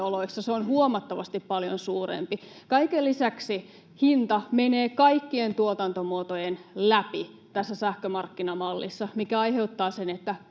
se on huomattavasti paljon suurempi. Kaiken lisäksi hinta menee kaikkien tuotantomuotojen läpi tässä sähkömarkkinamallissa, mikä aiheuttaa sen,